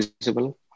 visible